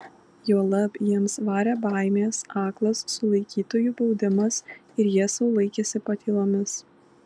juolab jiems varė baimės aklas sulaikytųjų baudimas ir jie sau laikėsi patylomis